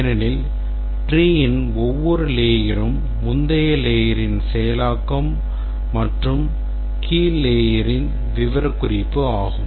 ஏனெனில் treeன் ஒவ்வொரு layerம் முந்தைய layerன் செயலாக்கம் மற்றும் கீழ் layerன் விவரக்குறிப்பு ஆகும்